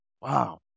Wow